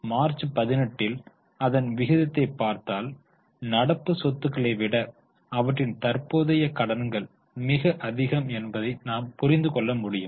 March 18 இல் அதன் விகிதத்தைப் பார்த்தால் நடப்பு சொத்துக்களை விட அவற்றின் தற்போதைய கடன்கள் மிக அதிகம் என்பதை நாம் புரிந்து கொள்ள முடியும்